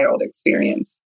experience